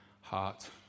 heart